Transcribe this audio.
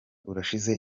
urashize